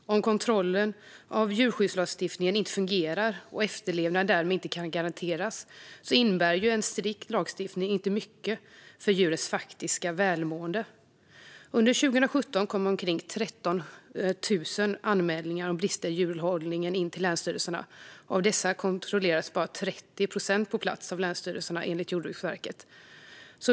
Men om kontrollen av djurskyddslagstiftningen inte fungerar och efterlevnaden därmed inte kan garanteras innebär en strikt lagstiftning inte mycket för djurens faktiska välmående. Under 2017 kom omkring 13 000 anmälningar om brister i djurhållningen in till länsstyrelserna. Av dessa kontrollerades bara 30 procent på plats av länsstyrelserna, enligt Jordbruksverket.